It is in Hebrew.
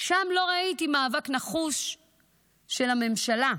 שם לא ראיתי מאבק נחוש של הממשלה.